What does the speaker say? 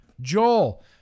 Joel